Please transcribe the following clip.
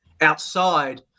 outside